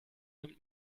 nimmt